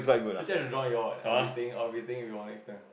actually I want to join you'll eh I'll be staying I'll be staying with you'll next time